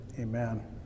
amen